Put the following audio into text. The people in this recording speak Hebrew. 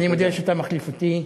אני מודיע שאתה מחליף אותי.